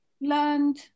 learned